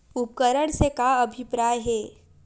उपकरण से का अभिप्राय हे?